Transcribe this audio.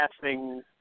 passing